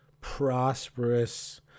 prosperous